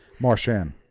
Marshan